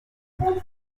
combien